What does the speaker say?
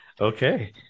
Okay